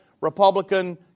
Republican